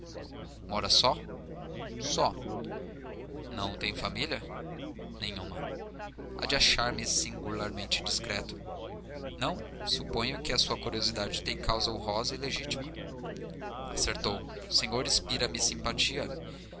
mora só só não tem família nenhuma há de achar-me singularmente indiscreto não suponho que a sua curiosidade tem uma causa honrosa e legítima acertou o senhor inspira me simpatia